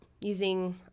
using